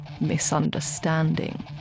misunderstanding